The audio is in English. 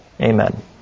amen